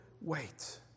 wait